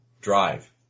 drive